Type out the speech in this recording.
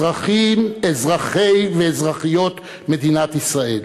אזרחי ואזרחיות מדינת ישראל.